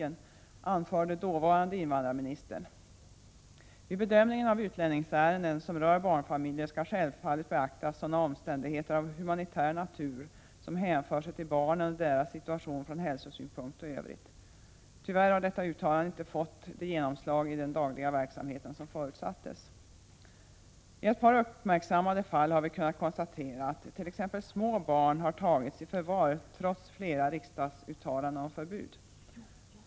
1986/87:119 dåvarande invandrarministern: ”Vid bedömningen av utlänningsärenden 8 maj 1987 som rör barnfamiljer skall självfallet beaktas sådana omständigheter av humanitär natur som hänför sig till barnen och deras situation från hälsosynpunkt och övrigt.” Tyvärr har detta uttalande inte fått det genomslag i den dagliga verksamheten som förutsattes. I ett par uppmärksammade fall har små barn tagits i förvar, trots flera riksdagsuttalanden om förbud.